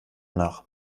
nach